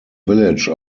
village